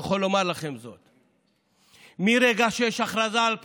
יכול לומר לכם זאת: מרגע שיש הכרזה על בחירות,